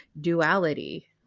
duality